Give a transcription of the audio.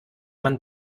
man